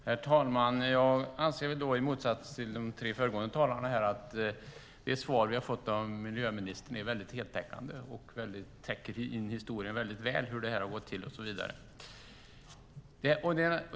Herr talman! Jag anser i motsats till de tre föregående talarna att det svar vi har fått från miljöministern är heltäckande och väl täcker in hur detta har gått till.